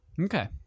Okay